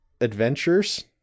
adventures